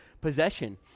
possession